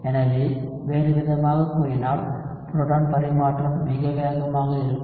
எனவே வேறுவிதமாகக் கூறினால் புரோட்டான் பரிமாற்றம் மிக வேகமாக இருக்கும்